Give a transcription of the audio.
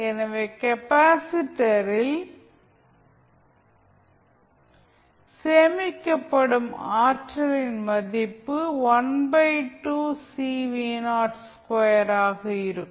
எனவே கெப்பாசிட்டரில் சேமிக்கப்படும் ஆற்றலின் மதிப்பு ஆக இருக்கும்